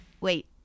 Wait